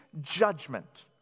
judgment